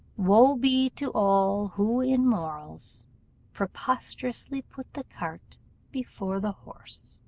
woe be to all who in morals preposterously put the cart before the horse!